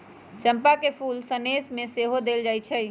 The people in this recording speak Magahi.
चंपा के फूल सनेश में सेहो देल जाइ छइ